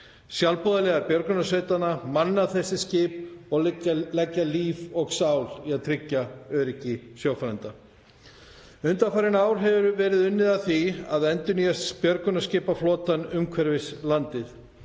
Sjálfboðaliðar björgunarsveitanna manna þessi skip og leggja líf og sál í að tryggja öryggi sjófarenda. Undanfarin ár hefur verið unnið að því að endurnýja björgunarskipaflotann umhverfis landið.